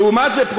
לעומת זאת,